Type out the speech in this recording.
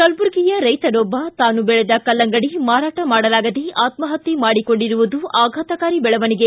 ಕಲಬುರಗಿಯ ರೈತನೊಬ್ಬ ತಾನು ವೆಳೆದ ಕಲ್ಲಂಗಡಿ ಮಾರಾಟ ಮಾಡಲಾಗದೆ ಆತ್ಸಹತ್ಯೆ ಮಾಡಿಕೊಂಡಿರುವುದು ಆಘಾತಕಾರಿ ಬೆಳವಣಿಗೆ